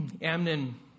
Amnon